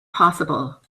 possible